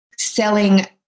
selling